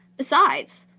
besides,